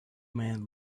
man